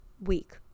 week